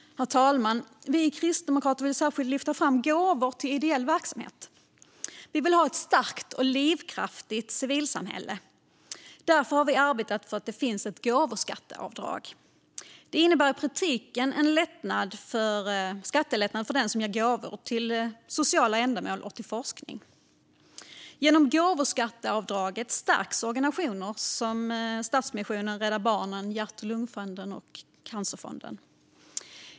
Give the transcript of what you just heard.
Herr talman! Vi kristdemokrater vill särskilt lyfta fram gåvor till ideell verksamhet. Vi vill ha ett starkt och livaktigt civilsamhälle. Därför har vi arbetat för att det ska finnas ett gåvoskatteavdrag. Det innebär i praktiken en skattelättnad för den som ger gåvor till sociala ändamål och till forskning. Genom gåvoskatteavdraget stärks organisationer som Stadsmissionen, Rädda Barnen, Hjärt-Lungfonden och Cancerfonden.